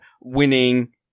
winning